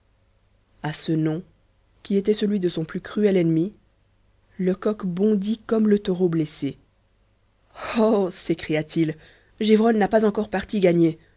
à ce nom qui était celui de son plus cruel ennemi lecoq bondit comme le taureau blessé oh s'écria-t-il gévrol n'a pas encore partie gagnée